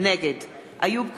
נגד איוב קרא,